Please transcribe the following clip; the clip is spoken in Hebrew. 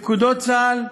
לפקודות צה"ל,